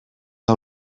een